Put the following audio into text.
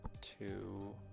two